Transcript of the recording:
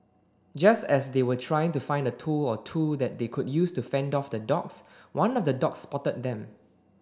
just as they were trying to find a tool or two that they could use to fend off the dogs one of the dogs spotted them